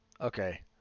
okay